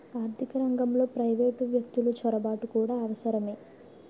ఆర్థిక రంగంలో ప్రైవేటు వ్యక్తులు చొరబాటు కూడా అవసరమే